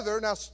Now